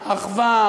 אחווה,